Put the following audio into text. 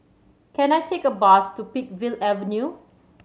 can I take a bus to Peakville Avenue